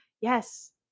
Yes